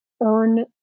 earn